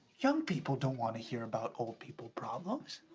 young people don't want to hear about old people problems.